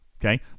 okay